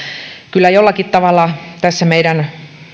kyllä jollakin tavalla tässä meidän